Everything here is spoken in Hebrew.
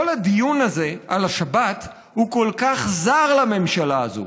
כל הדיון הזה על השבת הוא כל כך זר לממשלה הזאת.